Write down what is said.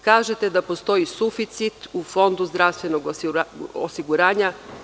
Kažete da postoji suficit u Fondu zdravstvenog osiguranja.